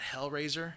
Hellraiser